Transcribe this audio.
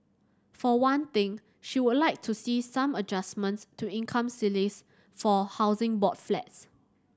for one thing she would like to see some adjustments to income ceilings for Housing Board flats